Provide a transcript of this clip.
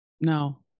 No